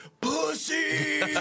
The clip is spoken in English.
pussy